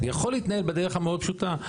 יכול להתנהל בדרך המאוד פשוטה.